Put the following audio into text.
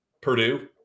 Purdue